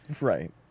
right